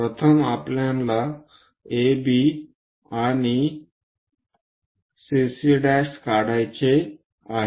प्रथम आपल्याला AB आणि CC' काढायचे आहे